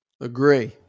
Agree